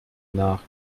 nach